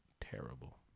terrible